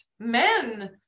Men